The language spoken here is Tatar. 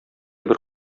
бер